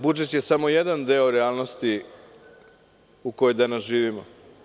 Budžet je samo jedan deo realnosti u kojoj danas živimo.